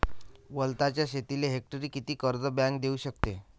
वलताच्या शेतीले हेक्टरी किती कर्ज बँक देऊ शकते?